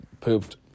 pooped